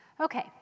Okay